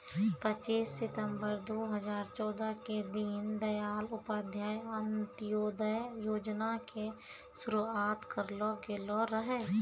पच्चीस सितंबर दू हजार चौदह के दीन दयाल उपाध्याय अंत्योदय योजना के शुरुआत करलो गेलो रहै